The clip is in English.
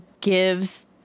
gives